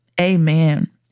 Amen